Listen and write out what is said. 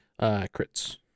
Crits